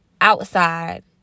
outside